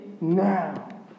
now